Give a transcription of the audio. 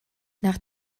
nach